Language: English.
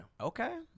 okay